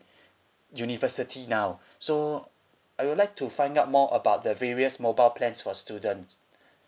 university now so I would like to find out more about the various mobile plans for students